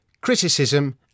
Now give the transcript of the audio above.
criticism